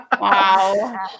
Wow